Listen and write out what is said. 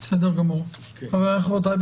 חבריי וחברותיי,